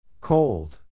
Cold